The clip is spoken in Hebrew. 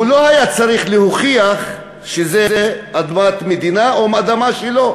הוא לא היה צריך להוכיח שזה אדמת מדינה או אדמה שלו,